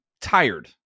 tired